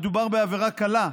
מדובר בעבירה קלה,